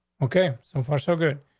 okay, so far, so good.